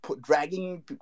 dragging